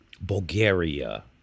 Bulgaria